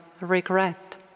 regret